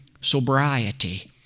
sobriety